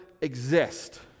exist